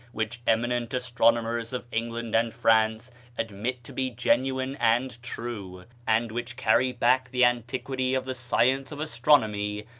which eminent astronomers of england and france admit to be genuine and true, and which carry back the antiquity of the science of astronomy,